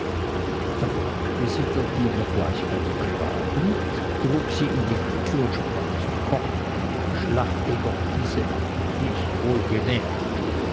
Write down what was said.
da packte sie der diener gleich beim kragen trug sie in die küche und sprach zum koch schlachte doch diese ab sie ist